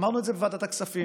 ואמרנו את זה בוועדת הכספים